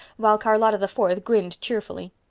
while charlotta the fourth grinned cheerfully.